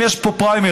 אם יש פה פריימריז